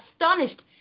astonished